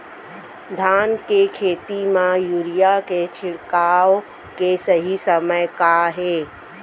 धान के खेती मा यूरिया के छिड़काओ के सही समय का हे?